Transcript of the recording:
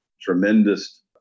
tremendous